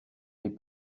les